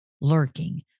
lurking